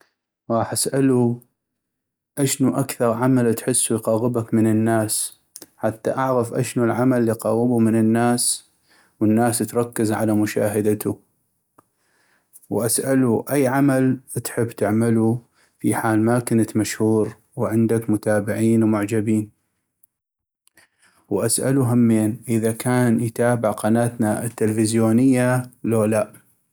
غاح اسألو اشنو اكثغ عمل تحسو يقغبك من الناس حتى اعغف اشنو العمل اليقغبو من الناس والناس تركز على مشاهدتو ، واسألو اي عمل تحب تعملو في حال ما كنت مشهور وعندك متابعين ومعجبين ، واسألو همين اذا كان يتابع قناتنا التلفزيونية لو لا ،